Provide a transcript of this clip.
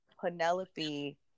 Penelope